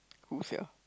who sia